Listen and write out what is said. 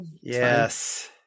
Yes